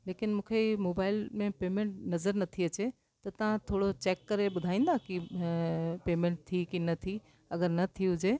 लेकिन मूंखे मोबाइल में पेमेंट नज़र नथी अचे त तव्हां थोरो चैक करे ॿुधाईंदा की पेमेंट थी की न थी अॻरि न थी हुजे